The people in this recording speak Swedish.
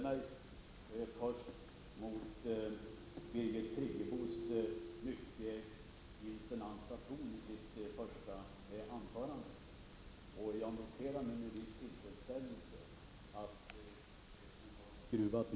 Fru talman!